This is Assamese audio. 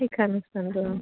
শিক্ষা অনুষ্ঠান